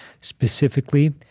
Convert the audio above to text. specifically